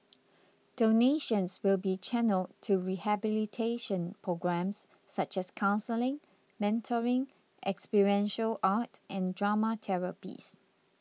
donations will be channelled to rehabilitation programmes such as counselling mentoring experiential art and drama therapies